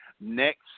Next